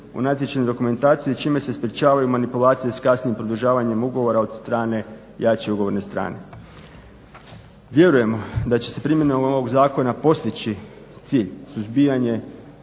u natječajnoj dokumentaciji čime se sprječavaju manipulacije s kasnijim produžavanjem ugovora od strane jače ugovorne strane. Vjerujemo da će se primjenom ovog zakona postići cilj suzbijanje